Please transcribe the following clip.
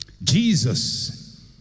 Jesus